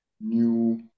new